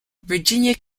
virginia